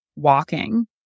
walking